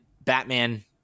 batman